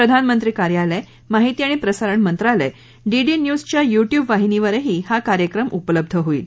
प्रधानमंत्री कार्यालय माहिती अणि प्रसारण मंत्रालय डीडी न्यूजच्या यूटयूब वाहिनीवरही हा कार्यक्रम उपलब्ध होईल